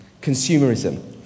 consumerism